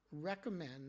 recommend